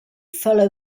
follow